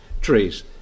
trees